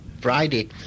Friday